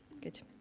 Good